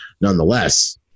nonetheless